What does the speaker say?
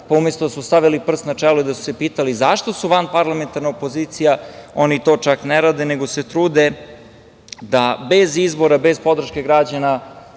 Umesto da su stavili prst na čelo i da su se pitali zašto su vanparlamentarna opozicija, oni to čak ne rade, nego se trude da bez izbora, bez podrške građana